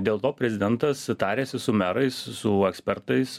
dėl to prezidentas tariasi su merais su ekspertais